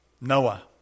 Noah